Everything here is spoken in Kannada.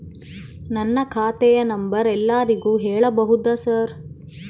ನನ್ನ ಖಾತೆಯ ನಂಬರ್ ಎಲ್ಲರಿಗೂ ಹೇಳಬಹುದಾ ಸರ್?